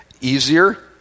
easier